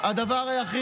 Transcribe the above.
איך אתה לא מתבייש.